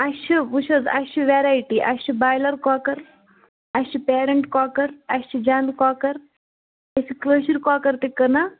اَسہِ چھِ وُچھ حظ اَسہِ چھِ ویرایٹی اَسہِ چھِ بایلَر کۄکَر اَسہِ چھِ پیرنٛٹ کۄکَر اَسہِ چھ جَنٛد کۄکر أسۍ چھِ کٲشِرۍ کۄکَر تہِ کٕنان